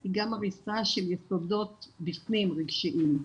היא גם הריסה של יסודות בפנים רגשיים.